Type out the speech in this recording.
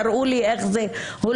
תראו לי איך זה הולך,